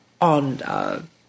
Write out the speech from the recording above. on